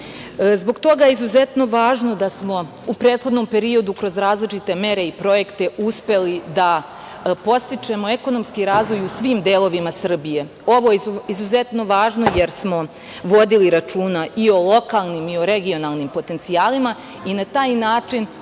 toga je izuzetno važno da smo u prethodnom periodu kroz različite mere i projekte uspeli da podstičemo ekonomski razvoj u svim delovima Srbije. Ovo je izuzetno važno jer smo vodili računa i o lokalnim i o regionalnim potencijalima i na taj način